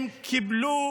הם קיבלו